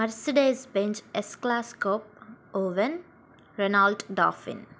Mercedes Benz S class coupe Owen Ronald Dauphin